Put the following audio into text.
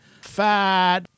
fat